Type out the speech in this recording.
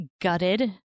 gutted